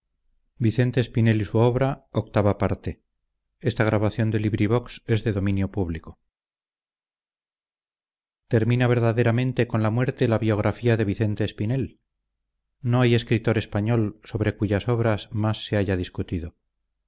testamento cuatro ducados termina verdaderamente con la muerte la biografía de vicente espinel no hay escritor español sobre cuyas obras más se haya discutido